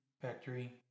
factory